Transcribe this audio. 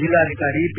ಜಿಲ್ಲಾಧಿಕಾರಿ ಪಿ